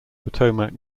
potomac